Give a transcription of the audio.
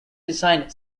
resigned